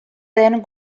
den